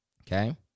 okay